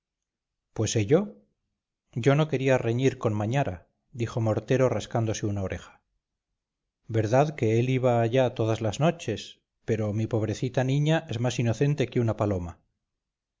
pues ello yo no quería reñir con mañara dijo mortero rascándose una oreja verdad que él iba allá todas las noches pero mi pobrecita niña es más inocente que una paloma